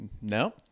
No